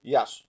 Yes